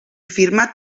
firmat